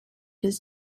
his